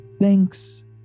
Thanks